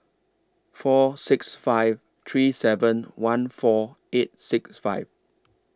four six five three seven one four eight six five